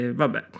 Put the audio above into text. vabbè